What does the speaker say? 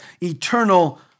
eternal